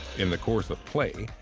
in the course of play,